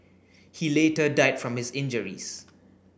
he later died from his injuries